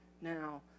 now